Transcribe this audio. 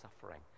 suffering